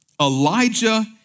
Elijah